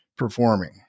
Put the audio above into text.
Performing